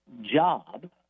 job